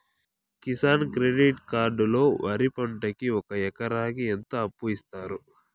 Kisan credit card లో వరి పంటకి ఒక ఎకరాకి ఎంత అప్పు ఇస్తారు?